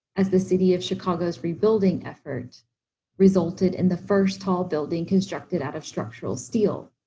as the city of chicago's rebuilding effort resulted in the first tall building constructed out of structural steel.